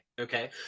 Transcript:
okay